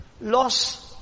loss